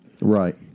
Right